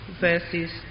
verses